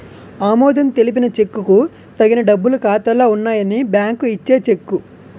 ఆమోదం తెలిపిన చెక్కుకు తగిన డబ్బులు ఖాతాలో ఉన్నాయని బ్యాంకు ఇచ్చే చెక్కు